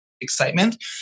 excitement